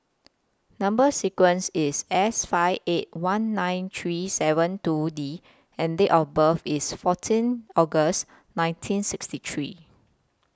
Number sequence IS S five eight one nine three seven two D and Date of birth IS fourteen August nineteen sixty three